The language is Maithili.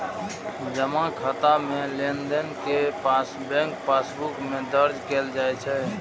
जमा खाता मे लेनदेन कें बैंक पासबुक मे दर्ज कैल जाइ छै